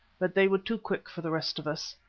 but they were too quick for the rest of us.